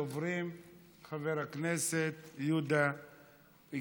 ראשון הדוברים הוא חבר הכנסת יהודה גליק,